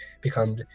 become